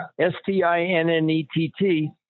S-T-I-N-N-E-T-T